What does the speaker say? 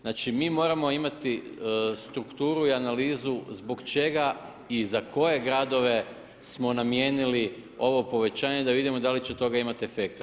Znači mi moramo imati strukturu i analizu zbog čega i za koje gradove smo namijenili ovo povećanje da vidimo da li će od toga imati efekta.